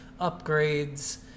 upgrades